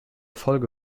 folge